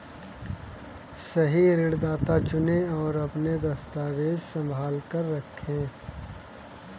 सही ऋणदाता चुनें, और अपने दस्तावेज़ संभाल कर रखें